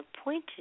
appointed